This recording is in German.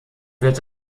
wird